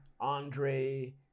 Andre